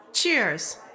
Cheers